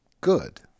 good